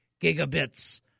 gigabits